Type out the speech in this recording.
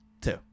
Two